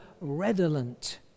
redolent